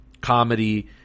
comedy